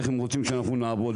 איך הם רוצים שאנחנו נעבוד.